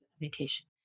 vacation